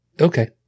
Okay